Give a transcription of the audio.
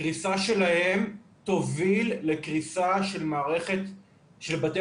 קריסה שלהם תוביל לקריסה של מערכת בתי